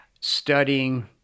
studying